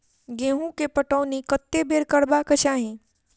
गेंहूँ केँ पटौनी कत्ते बेर करबाक चाहि?